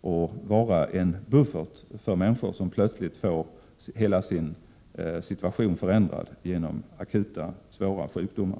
och vara en buffert för människor som plötsligt får hela sin tillvaro förändrad genom akuta svåra sjukdomar.